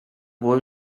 wohl